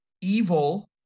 evil